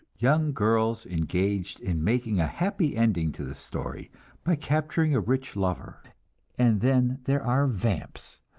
young girls engaged in making a happy ending to the story by capturing a rich lover and then there are vamps,